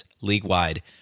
league-wide